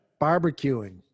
barbecuing